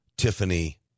Tiffany